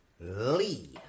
Lee